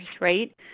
right